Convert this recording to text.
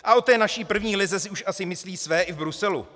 A o té naší první lize si už asi myslí své i v Bruselu.